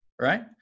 Right